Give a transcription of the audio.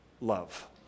love